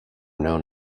known